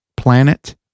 planet